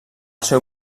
seu